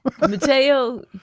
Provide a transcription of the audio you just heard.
Mateo